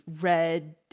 read